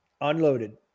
Unloaded